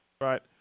Right